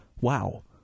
wow